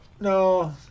No